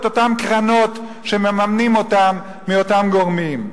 את אותן קרנות שמממנים אותן מאותם גורמים.